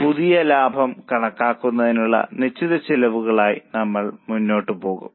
അതിനാൽ പുതിയ ലാഭം കണക്കാക്കുന്നതിനുള്ള നിശ്ചിത ചെലവുകളുമായി നമ്മൾ മുന്നോട്ടു പോകും